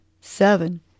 seven